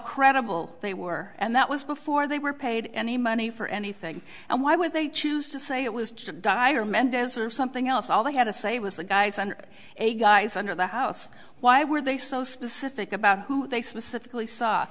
credible they were and that was before they were paid any money for anything and why would they choose to say it was just dire mendez or something else all they had to say was the guys on a guys under the house why were they so specific about who they specifically sa